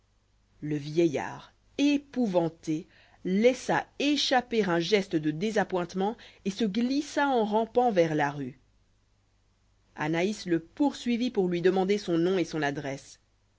le vieillard épouvanté laissa échapper un geste de désappointement et se glissa en rampant vers la rue anaïs le poursuivit pour lui demander son nom et son adresse